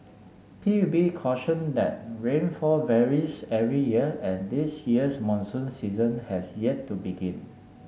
P U B cautioned that rainfall varies every year and this year's monsoon season has yet to begin